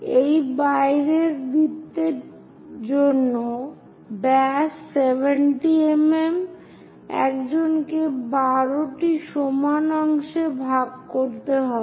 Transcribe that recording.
এই বাইরের বৃত্তের জন্য ব্যাস 70 mm একজনকে 12 সমান অংশে ভাগ করতে হবে